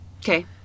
Okay